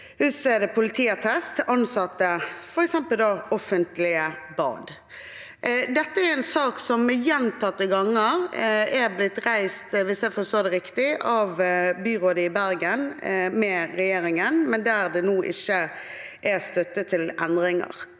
utstede politiattest til ansatte, f.eks. i offentlige bad. Dette er en sak som gjentatte ganger er blitt reist – hvis jeg forstår det riktig – av byrådet i Bergen, med regjeringen, men der det nå ikke er støtte til endringer.